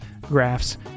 graphs